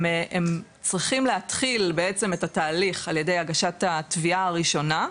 הם צריכים להתחיל בעצם את התהליך על ידי הגשת התביעה הראשונה,